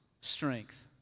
strength